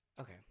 Okay